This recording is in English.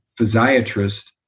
physiatrist